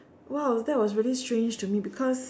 !wow! that was really strange to me because